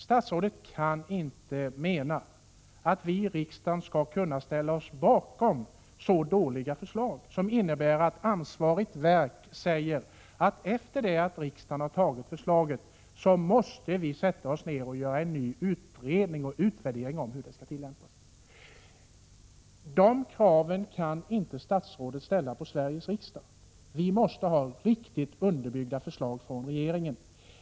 Statsrådet kan inte mena att vi i riksdagen skall kunna ställa oss bakom förslag som är så dåliga att ansvarigt verk säger att efter det att riksdagen har antagit förslaget måste vi sätta oss ned och göra en ny utredning om hur det skall tillämpas. Dessa krav kan inte statsrådet ställa på Sveriges riksdag. Vi måste ha riktigt underbyggda förslag från regeringen.